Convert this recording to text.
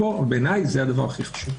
בעיניי זה הדבר הכי חשוב.